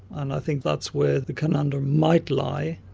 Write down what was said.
and i think that's where the conundrum might lie,